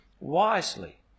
wisely